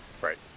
right